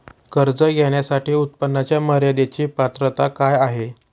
कर्ज घेण्यासाठी उत्पन्नाच्या मर्यदेची पात्रता आहे का?